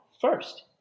first